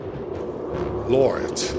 Lord